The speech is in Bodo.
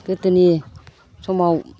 गोदोनि समाव